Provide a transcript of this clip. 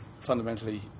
fundamentally